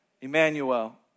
Emmanuel